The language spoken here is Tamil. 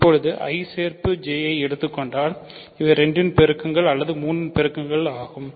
இப்போது I சேர்ப்பு J ஐ எடுத்துக் கொண்டால் இவை 2 இன் பெருக்கங்கள் அல்லது 3 இன் பெருக்கங்கள் ஆகும்